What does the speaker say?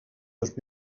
dos